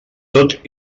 tot